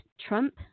Trump